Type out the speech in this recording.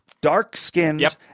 dark-skinned